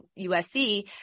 USC